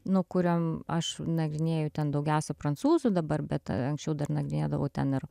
nu kuriam aš nagrinėju ten daugiausiai prancūzų dabar bet anksčiau dar nagrinėdavau ten ir